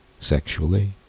sexually